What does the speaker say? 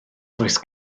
does